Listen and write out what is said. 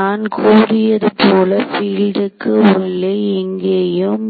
நான் கூறியது போல பீல்டுக்கு உள்ளே எங்கேயும்